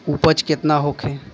उपज केतना होखे?